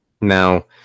Now